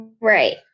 Right